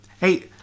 hey